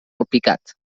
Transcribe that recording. alpicat